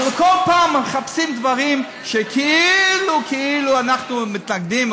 אבל כל פעם מחפשים דברים שכאילו כאילו אנחנו מתנגדים,